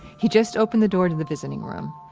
he just opened the door to the visiting room.